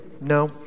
No